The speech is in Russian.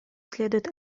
следует